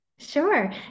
Sure